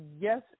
yes